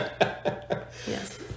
Yes